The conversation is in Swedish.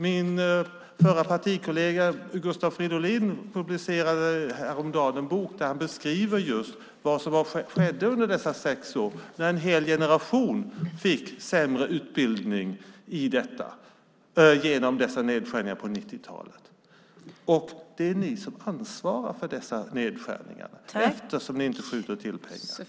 Min förra partikollega Gustav Fridolin publicerade häromdagen en bok där han beskriver vad som skedde under dessa sex år, när en hel generation fick sämre utbildning genom nedskärningarna på 90-talet. Det är ni som ansvarar för dessa nedskärningar, eftersom ni inte skjuter till pengar.